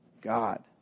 God